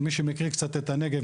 למי שמכיר קצת את הנגב,